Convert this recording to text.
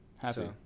Happy